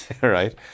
right